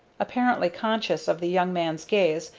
apparently conscious of the young man's gaze,